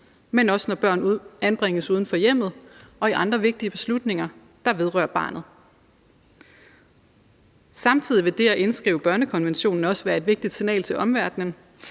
eller når børn anbringes uden for hjemmet og i forbindelse med andre vigtige beslutninger, der vedrører barnet. Samtidig vil det at indskrive børnekonventionen også være et vigtigt signal til omverdenen.